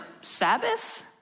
Sabbath